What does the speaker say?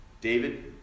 David